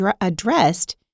addressed